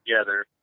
together